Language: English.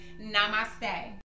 namaste